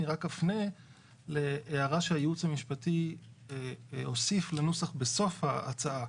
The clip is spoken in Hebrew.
אני רק אפנה להערה שהייעוץ המשפטי הוסיף לנוסח בסוף ההצעה,